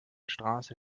straße